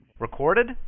Recorded